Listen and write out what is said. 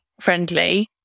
friendly